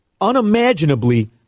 unimaginably